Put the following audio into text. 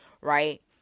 right